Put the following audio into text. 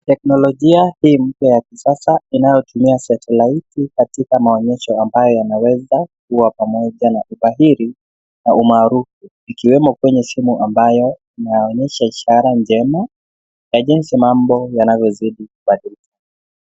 Teknolojia hii mpya ya kisasa inayotumia satellite katika maonyesho ambayo yanaweza kuwa na umahiri na umaarufu ikiwemo kwenye simu ambayo inaonyesha ishara njema na jinsi mambo inavyozidi kubadilika.